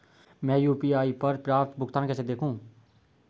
मैं यू.पी.आई पर प्राप्त भुगतान को कैसे देखूं?